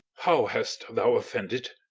how hast thou offended?